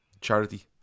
Charity